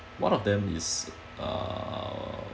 one of them is uh